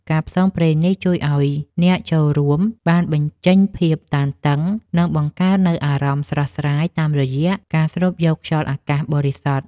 ការផ្សងព្រេងនេះជួយឱ្យអ្នកចូលរួមបានបញ្ចេញភាពតានតឹង និងបង្កើតនូវអារម្មណ៍ស្រស់ស្រាយតាមរយៈការស្រូបយកខ្យល់អាកាសបរិសុទ្ធ។